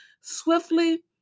swiftly